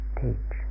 teach